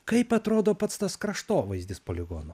kaip atrodo pats tas kraštovaizdis poligono